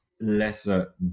lesser